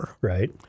Right